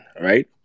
right